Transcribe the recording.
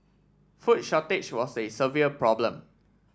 food shortage was a severe problem